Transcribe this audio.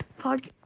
podcast